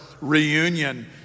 reunion